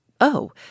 Oh